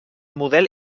model